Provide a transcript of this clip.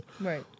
Right